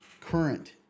current